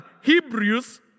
Hebrews